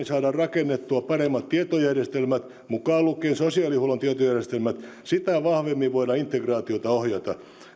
saadaan rakennettua paremmat tietojärjestelmät mukaan lukien sosiaalihuollon tietojärjestelmät sitä vahvemmin voidaan integraatiota ohjata